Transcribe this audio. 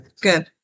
Good